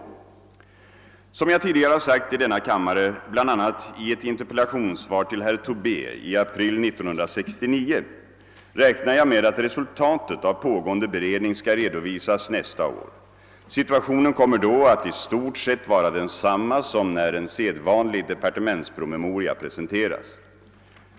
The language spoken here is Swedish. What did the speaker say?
Såsom jag tidigare har sagt i denna kammare, bl.a. i ett interpellationssvar till herr Tobé i april 1969, räknar jag med att resultatet av pågående beredning skall redovisas nästa år. Situationen kommer då att i stort sett vara densamma som när en sedvanlig departementspromemoria presenteras.